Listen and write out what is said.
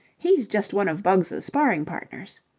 he's just one of bugs' sparring-partners.